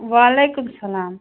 وعلیکُم سلام